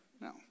No